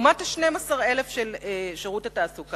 שימו לב, לעומת ה-12,000 של שירות התעסוקה.